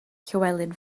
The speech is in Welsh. llywelyn